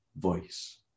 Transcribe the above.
voice